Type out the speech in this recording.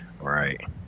Right